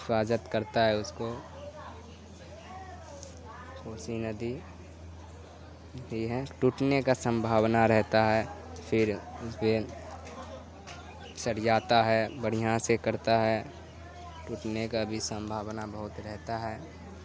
حفاظت کرتا ہے اس کو کوسی ندی یہ ہے ٹوٹنے کا سنبھاؤنا رہتا ہے پھر اس پہ سرجاتا ہے بڑھیا سے کرتا ہے ٹوٹنے کا بھی سنبھاؤنا بہت رہتا ہے